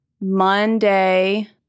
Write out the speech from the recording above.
Monday